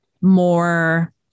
more